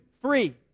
free